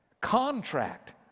Contract